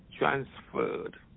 transferred